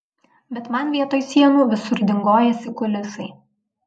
bet man vietoj sienų visur dingojasi kulisai